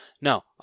No